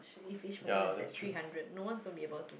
actually each person is at three hundred no one from be above